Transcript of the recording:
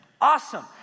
Awesome